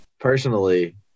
Personally